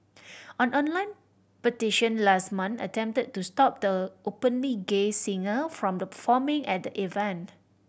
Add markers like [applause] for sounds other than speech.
[noise] an online petition last month attempted to stop the openly gay singer from the performing at the event